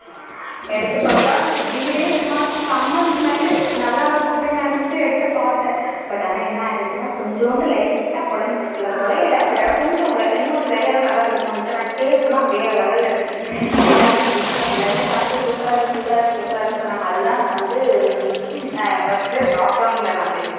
எடுத்து பார்த்தா வீடே சும்மா சம ஸ்மெல்லு நல்லாயிருக்கும் அப்படினு நினச்சிட்டு எடுத்து பார்த்த பட் ஆனா என்னாயிடுச்சினா கொஞ்சோண்டு லைட்டாக குழஞ்சி இல்லை குழையல பட் ஆனால் கொஞ்சம் இன்னும் கொஞ்சம் வெறையாக இருந்தா நல்லா இருந்துருக்குன்னு தோணுச்சி டேஸ்ட்லா வேறு லெவல் இருந்துச்சி எல்லாருமே எங்கள் வீட்டில் உள்ளவங்க எல்லாருமே சாப்பிடுட்டு சூப்பராக இருக்கு சூப்பராக இருக்குன்னு சொன்னாங்க அதுதாங்க வந்து ஃபர்ஸ்டு லாக்டவுனில் நான்